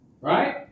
Right